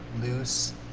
loose,